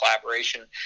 collaboration